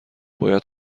باید